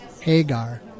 Hagar